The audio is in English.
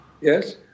Yes